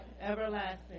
everlasting